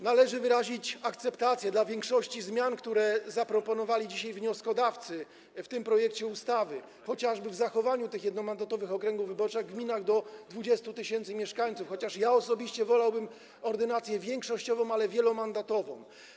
Należy wyrazić akceptację dla większości zmian, które zaproponowali dzisiaj wnioskodawcy w tym projekcie ustawy, chociażby dla zachowania tych jednomandatowych okręgów wyborczych w gminach do 20 tys. mieszkańców, chociaż ja osobiście wolałabym ordynację większościową, ale wielomandatową.